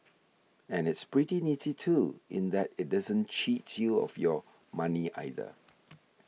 and it's pretty nifty too in that it doesn't cheat you of your money either